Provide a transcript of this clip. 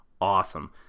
awesome